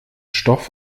stoff